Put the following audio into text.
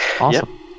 awesome